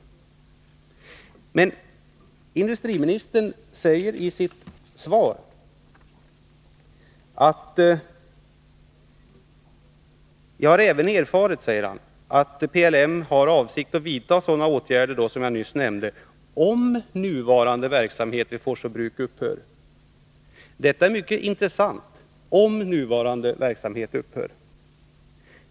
9 Men industriministern säger i sitt svar: ”Jag har även erfarit att PLM AB har för avsikt att vidta åtgärder för att underlätta skapandet av ersättningssysselsättning om nuvarande verksamhet vid Forsså Bruk upphör.” Det är mycket intressant att industriministern säger ”om nuvarande verksamhet upphör”.